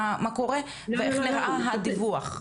מה קורה ואיך נראה הדיווח?